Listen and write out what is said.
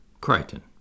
Crichton